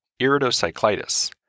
iridocyclitis